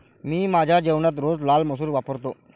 मी माझ्या जेवणात रोज लाल मसूर वापरतो